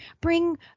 bring